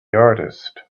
artist